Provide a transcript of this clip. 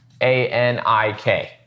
A-N-I-K